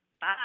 Bye